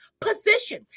position